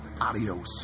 adios